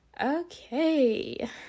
Okay